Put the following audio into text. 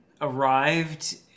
arrived